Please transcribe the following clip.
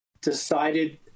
decided